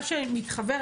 מה שמתחוור,